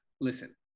Listen